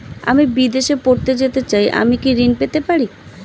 আমি বিদেশে পড়তে যেতে চাই আমি কি ঋণ পেতে পারি?